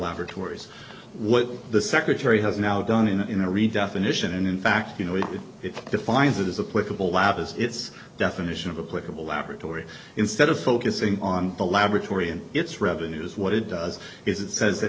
laboratories what the secretary has now done in a redefinition and in fact you know if it defines it as a political lab as its definition of a political laboratory instead of focusing on the laboratory and its revenues what it does is it says that